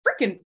freaking